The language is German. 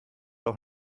auch